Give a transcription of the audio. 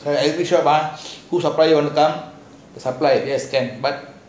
supplier supplier